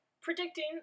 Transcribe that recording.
Predicting